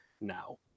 now